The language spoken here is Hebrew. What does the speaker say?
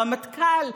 זה הרמטכ"ל,